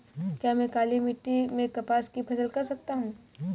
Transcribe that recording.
क्या मैं काली मिट्टी में कपास की फसल कर सकता हूँ?